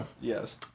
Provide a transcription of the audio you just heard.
Yes